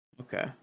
Okay